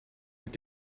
mit